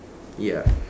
ya